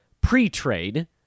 pre-trade